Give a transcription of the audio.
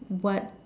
what